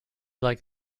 like